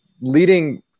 leading